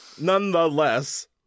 nonetheless